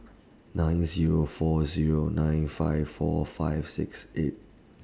nine Zero four Zero nine five four five six eight